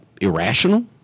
irrational